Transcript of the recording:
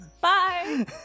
Bye